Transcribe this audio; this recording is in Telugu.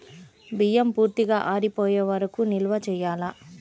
బియ్యం పూర్తిగా ఆరిపోయే వరకు నిల్వ చేయాలా?